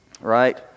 right